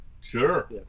Sure